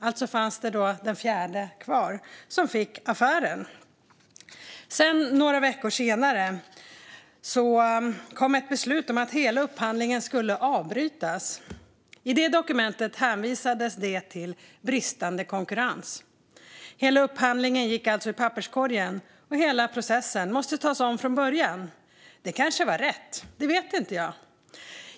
Alltså fanns den fjärde kvar, som fick affären. Några veckor senare kom ett beslut om att hela upphandlingen skulle avbrytas. I det dokumentet hänvisades det till bristande konkurrens. Hela upphandlingen gick alltså i papperskorgen, och hela processen måste tas om från början. Det kanske var rätt - det vet jag inte.